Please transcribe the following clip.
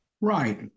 Right